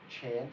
chance